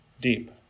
deep